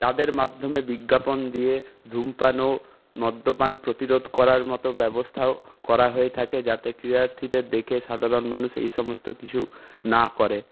তাদের মাধ্যমে বিজ্ঞাপন দিয়ে ধূমপান ও মদ্যপান প্রতিরোধ করার মতো ব্যবস্থাও করা হয়ে থাকে যাতে ক্রীড়ার্থীদের দেখে সাধারণ মানুষ এই সমস্ত কিছু না করে